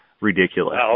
ridiculous